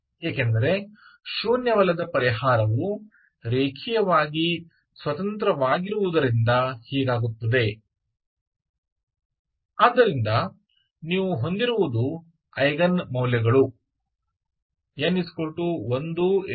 ಏಕೆಂದರೆ ಶೂನ್ಯವಲ್ಲದ ಪರಿಹಾರವು ರೇಖೀಯವಾಗಿ ಸ್ವತಂತ್ರವಾಗಿರುವುದರಿಂದ ಹೀಗಾಗುತ್ತದೆ ಆದ್ದರಿಂದ ನೀವು ಹೊಂದಿರುವುದು ಐಗನ್ ಮೌಲ್ಯಗಳು n123 4